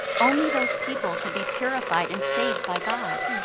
only those people can be purified and saved by god.